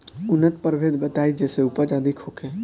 उन्नत प्रभेद बताई जेसे उपज अधिक होखे?